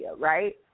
right